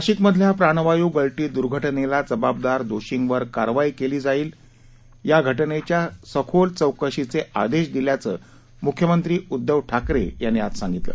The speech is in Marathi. नाशिक मधल्या प्राणवायू गळती दूर्घटनेला जबाबदार दोषींवर कारवाई केली जाईल या घटनेच्या सखोल चौकशीचे आदेश दिल्याचं मुख्यमंत्री उद्घव ठाकरे यांनी सांगितलं